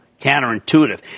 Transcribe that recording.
Counterintuitive